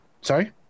Sorry